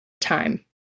time